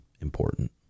important